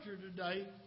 today